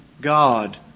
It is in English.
God